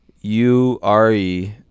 U-R-E